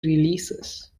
releases